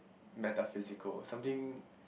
metaphysical something